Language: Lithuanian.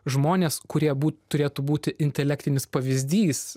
žmonės kurie turėtų būti intelektinis pavyzdys